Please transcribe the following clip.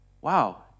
Wow